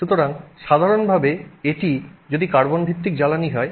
সুতরাং সাধারণভাবে এটি যদি কার্বন ভিত্তিক জ্বালানী হয়